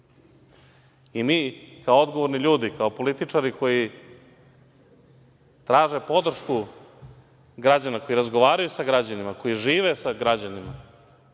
Mi kao odgovorni ljudi, kao političari koji traže podršku građana, koji razgovaraju sa građanima, koji žive sa građanima,